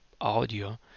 audio